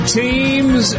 teams